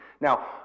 Now